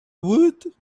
woot